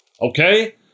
Okay